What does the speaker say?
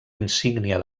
insígnia